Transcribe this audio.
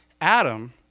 adam